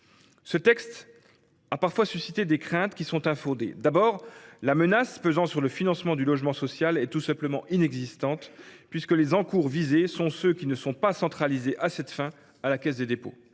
Le texte a parfois suscité des craintes infondées. Tout d’abord, la menace pesant sur le financement du logement social est tout simplement inexistante, puisque les encours visés sont ceux qui ne sont pas centralisés à cette fin à la Caisse des dépôts.